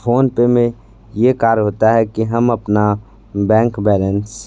phone पे में ये कार्य होता है कि हम अपना बैंक बैलेंस